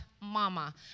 mama